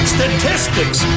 Statistics